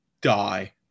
die